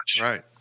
Right